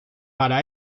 para